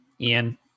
Ian